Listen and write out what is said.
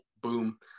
Boom